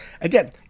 again